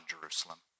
Jerusalem